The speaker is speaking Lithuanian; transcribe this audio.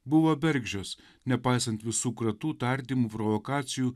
buvo bergždžios nepaisant visų kratų tardymų provokacijų